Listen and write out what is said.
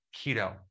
keto